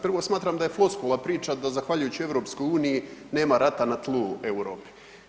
Prvo, smatram da je floskula priča da zahvaljujući EU nema rata na tlu EU.